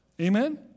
Amen